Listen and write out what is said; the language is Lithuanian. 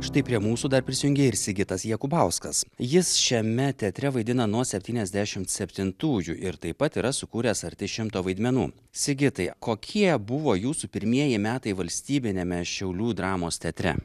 štai prie mūsų dar prisijungė ir sigitas jakubauskas jis šiame teatre vaidina nuo septyniasdešimt septintųjų ir taip pat yra sukūręs arti šimto vaidmenų sigitai kokie buvo jūsų pirmieji metai valstybiniame šiaulių dramos teatre